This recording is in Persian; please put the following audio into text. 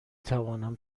توانم